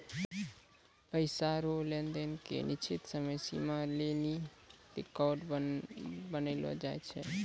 पैसा रो लेन देन के निश्चित समय सीमा लेली रेकर्ड बनैलो जाय छै